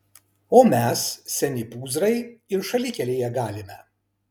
o mes seni pūzrai ir šalikelėje galime